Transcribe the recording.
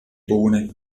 bohne